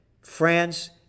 France